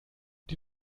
die